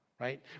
right